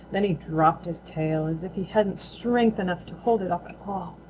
then he dropped his tail as if he hadn't strength enough to hold it up at all.